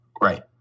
Right